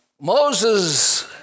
Moses